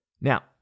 Now